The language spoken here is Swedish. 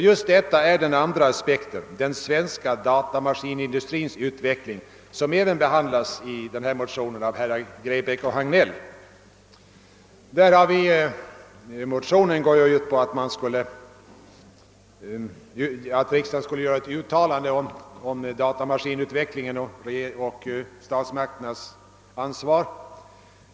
Just detta är den andra aspekten: den svenska datamaskinindustrins utveckling, som även behandlas i motionen av herrar Grebäck och Hagnell. Motionen går ut på att riksdagen skulle göra ett uttalande om statsmakternas ansvar för datamaskinutvecklingen.